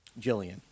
Jillian